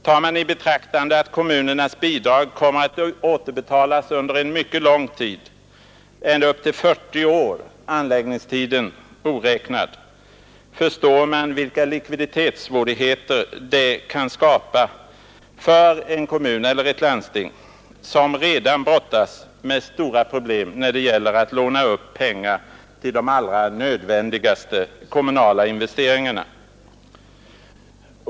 Tar man i betraktande att kommunernas bidrag kommer att återbetalas under en mycket lång tid, ända upp till 40 år anläggningstiden oräknad, förstår man vilka likviditetssvårigheter detta kan skapa för en kommun eller ett landsting som redan brottas med stora problem när det gäller att låna upp pengar till de allra nödvändigaste kommunala investeringarna.